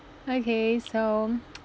okay so